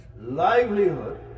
livelihood